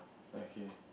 okay